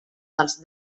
dels